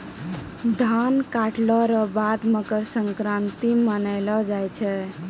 धान काटला रो बाद मकरसंक्रान्ती मानैलो जाय छै